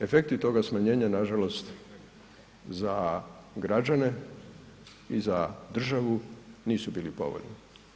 Efekti toga smanjenja nažalost za građane i za državu nisu bili povoljni.